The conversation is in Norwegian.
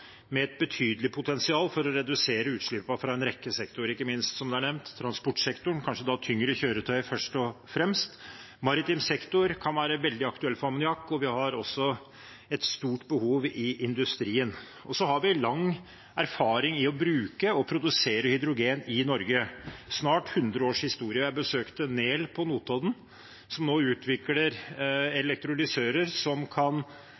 med et betydelig potensial for å redusere utslippene fra en rekke sektorer – ikke minst, som det er nevnt, fra transportsektoren, og da kanskje tyngre kjøretøy først og fremst. Maritimsektor kan være veldig aktuell for ammoniakk, og vi har også et stort behov i industrien. Vi lang erfaring med å bruke og produsere hydrogen i Norge – en snart 100-års historie. Jeg besøkte Nel på Notodden, som nå utvikler elektrolysører som kan